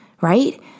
right